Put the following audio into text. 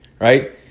right